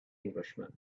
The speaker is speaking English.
englishman